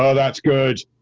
ah that's good.